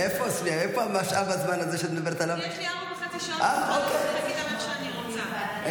אין צורך לקחת ממיקי את הזמן, יש.